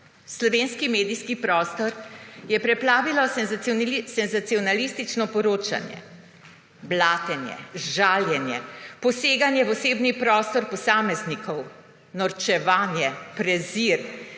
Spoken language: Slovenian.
Slovenski medijski prostor je preplavilo senzacionalistično poročanje, blatenje, žaljenje, poseganje v osebni prostor posameznikov, norčevanje, prezir,